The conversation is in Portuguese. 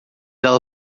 ela